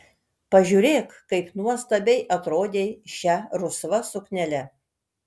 pažiūrėk kaip nuostabiai atrodei šia rusva suknele